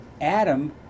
Adam